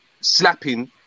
slapping